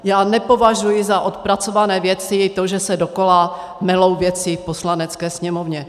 Já nepovažuji za odpracované věci to, že se dokola melou věci v Poslanecké sněmovně.